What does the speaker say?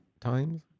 times